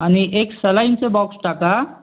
आणि एक सलाईनचं बॉक्स टाका